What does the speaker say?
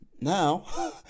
now